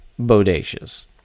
Bodacious